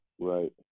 right